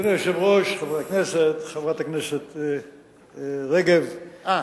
אדוני היושב-ראש, חברי הכנסת, חברת הכנסת רגב, אה.